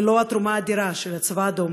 ללא התרומה האדירה של הצבא האדום,